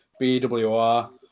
BWR